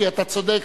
כי אתה צודק,